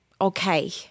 okay